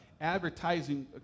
advertising